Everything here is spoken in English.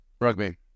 Rugby